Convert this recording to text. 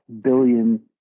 billion